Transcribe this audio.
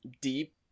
deep